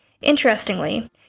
Interestingly